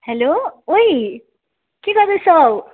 hello ओई के गर्दैछौ